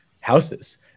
houses